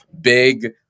big